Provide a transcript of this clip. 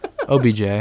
OBJ